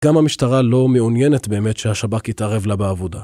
גם המשטרה לא מעוניינת באמת שהשב"כ יתערב לה בעבודה.